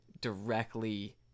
directly